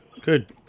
Good